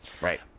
Right